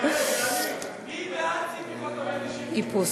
מי בעד ציפי חוטובלי, שירים, איפוס.